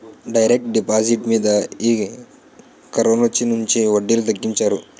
direct deposit మీద ఈ కరోనొచ్చినుంచి వడ్డీలు తగ్గించారు